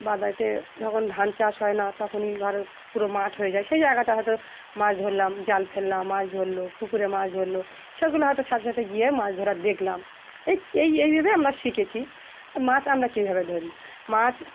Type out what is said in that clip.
বাদাইতে যখন ধান চাষ হয় না তখনই কারো পুরো মাঠ হয়ে যায় সেই জায়গাটা হয়তো মাছ ধরলাম জাল ফেললাম মাছ ধরলো পুকুরে মাছ ধরলো সেগুলো হয়তো সাথে সাথে গিয়ে মাছ ধরার দেখলাম এই এই এইভাবে আমরা শিখেছি মাছ আমরা কীভাবে ধরি মাছ